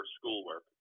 schoolwork